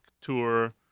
tour